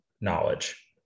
knowledge